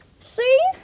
See